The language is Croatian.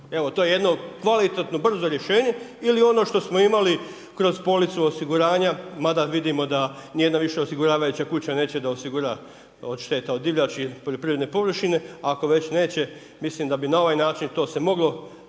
Evo to je jedno kvalitetno, brzo rješenje ili ono što imali kroz policu osiguranja mada vidimo da nijedna više osiguravajuća kuća neće da osigura od šteta od divljači poljoprivredne površine, ako već neće, mislim da bi na ovaj način to se moglo